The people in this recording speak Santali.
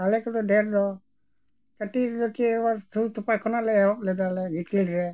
ᱟᱞᱮ ᱠᱚᱫᱚ ᱰᱷᱮᱨ ᱫᱚ ᱠᱟᱹᱴᱤᱡ ᱨᱮᱠᱫ ᱠᱮᱣ ᱟᱵᱟᱨ ᱛᱷᱩ ᱛᱚᱯᱟ ᱠᱷᱚᱱᱟᱜ ᱞᱮ ᱮᱦᱚᱵ ᱞᱮᱫᱟᱞᱮ ᱜᱤᱛᱤᱞ ᱨᱮ